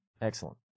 Excellent